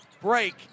break